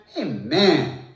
Amen